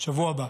בשבוע הבא,